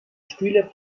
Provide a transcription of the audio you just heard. stühle